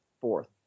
Fourth